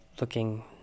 looking